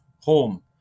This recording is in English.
home